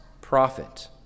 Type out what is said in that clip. prophet